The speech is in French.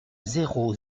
zéro